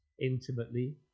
intimately